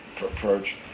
approach